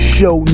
Show